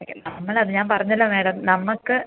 അതെ നമ്മളത് ഞാൻ പറഞ്ഞല്ലോ മാഡം നമുക്ക്